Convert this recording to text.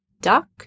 duck